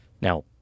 Now